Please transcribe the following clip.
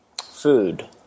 Food